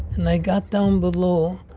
and i got down below,